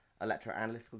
electroanalytical